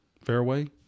fairway